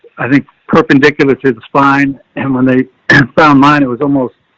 i think, perpendicular to the spine. and when they found mine, it was almost,